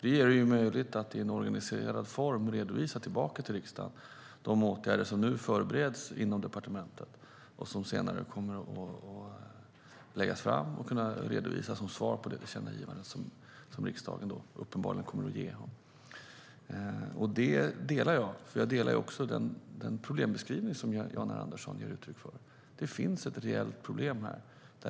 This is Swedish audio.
Det gör det möjligt att i organiserad form redovisa tillbaka till riksdagen de åtgärder som nu förbereds inom departementet och som senare kommer att läggas fram och kunna redovisas som svar på det tillkännagivande som riksdagen uppenbarligen kommer att göra. Jag delar den problembeskrivning som Jan R Andersson ger uttryck för. Det finns ett reellt problem här.